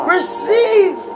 Receive